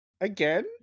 Again